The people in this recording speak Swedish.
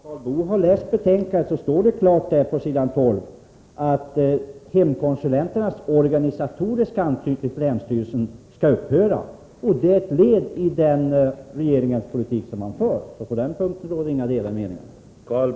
Herr talman! Om Karl Boo har läst betänkandet, så har han funnit att det står klart på s. 12 att hemkonsulenternas organisatoriska anknytning till länsstyrelsen skall upphöra. Det är ett led i den politik som regeringen för. På den punkten råder det inga delade meningar.